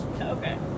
Okay